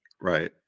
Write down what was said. Right